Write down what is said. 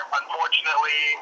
unfortunately